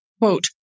quote